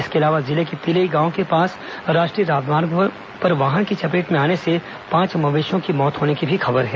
इसके अलावा जिले के तिलई गांव के पास राष्ट्रीय राजमार्ग पर वाहन की चपेट में आने से पांच मवेशियों की मौत होने की खबर है